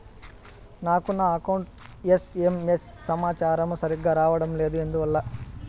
నాకు నా account SMS సమాచారము సరిగ్గా రావడం లేదు ఎందువల్ల?